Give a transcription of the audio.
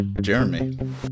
Jeremy